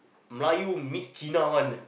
Melayu mix cheena one